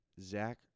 zach